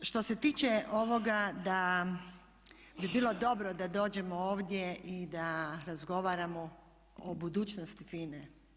Što se tiče ovoga da bi bilo dobro da dođemo ovdje i da razgovaramo o budućnosti FINA-e.